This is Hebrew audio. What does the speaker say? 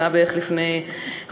זה היה בערך לפני חודש,